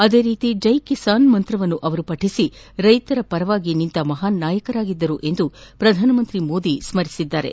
ಅದೇ ರೀತಿ ಜೈ ಕಿಸಾನ್ ಮಂತ್ರವನ್ನು ಅವರು ಪಠಿಸಿ ರೈತರ ಪರವಾಗಿ ನಿಂತ ಮಹಾನ್ ನಾಯಕರಾಗಿದ್ದುರು ಎಂದು ಪ್ರಧಾನಿ ಮೋದಿ ಸ್ಮರಿಸಿದ್ದಾರೆ